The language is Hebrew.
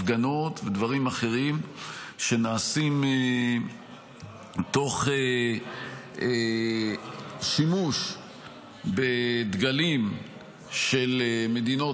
הפגנות ודברים אחרים שנעשים תוך שימוש בדגלים של מדינות